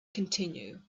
continue